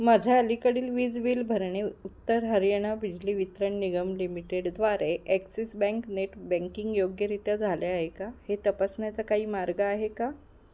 माझ्या अलीकडील वीज बील भरणे उत्तर हरियाणा बिजली वितरण निगम लिमिटेडद्वारे ॲक्सिस बँक नेट बँकिंग योग्यरित्या झाले आहे का हे तपासण्याचा काही मार्ग आहे का